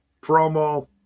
promo